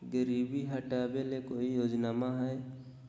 गरीबी हटबे ले कोई योजनामा हय?